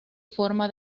forma